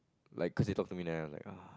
like cause they talk to me then I'm like uh